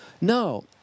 No